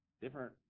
different